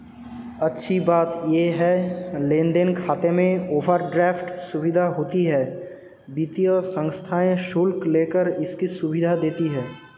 अच्छी बात ये है लेन देन खाते में ओवरड्राफ्ट सुविधा होती है वित्तीय संस्थाएं शुल्क लेकर इसकी सुविधा देती है